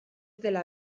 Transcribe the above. dela